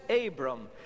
Abram